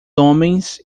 homens